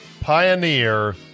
Pioneer